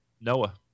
Noah